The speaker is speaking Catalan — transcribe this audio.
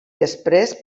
després